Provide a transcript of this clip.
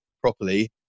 properly